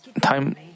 time